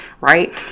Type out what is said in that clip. right